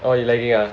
oh you lagging ah